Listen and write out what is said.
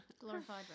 Glorified